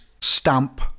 stamp